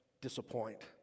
disappoint